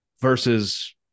versus